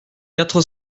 quatre